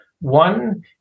one